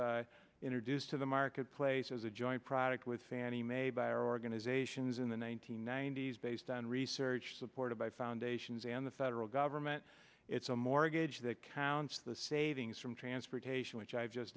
introduced to the marketplace as a joint product with fannie mae by organizations in the one nine hundred ninety s based on research supported by foundations and the federal government it's a mortgage that counts the savings from transportation which i've just